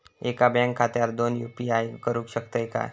एका बँक खात्यावर दोन यू.पी.आय करुक शकतय काय?